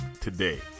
today